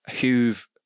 who've